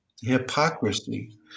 hypocrisy